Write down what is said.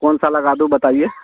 कौन सा लगा दूँ बताइए